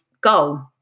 goal